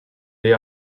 the